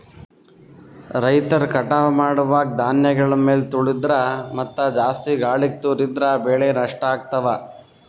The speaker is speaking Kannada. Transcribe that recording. ರೈತರ್ ಕಟಾವ್ ಮಾಡುವಾಗ್ ಧಾನ್ಯಗಳ್ ಮ್ಯಾಲ್ ತುಳಿದ್ರ ಮತ್ತಾ ಜಾಸ್ತಿ ಗಾಳಿಗ್ ತೂರಿದ್ರ ಬೆಳೆ ನಷ್ಟ್ ಆಗ್ತವಾ